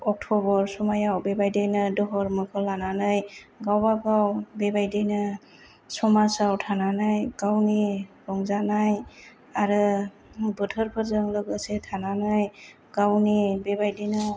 October समायाव बेबादिनो धर्म'खौ लानानै गावबा गाव बेबायदिनो समाजाव थानानै गावनि रंजानाय आरो बोथोरफोरजों लोगोसे थानानै गावनि बेबायदिनो